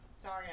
sorry